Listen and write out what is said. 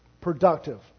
productive